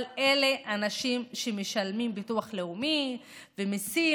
אבל אלה אנשים שמשלמים ביטוח לאומי ומיסים,